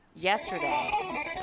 yesterday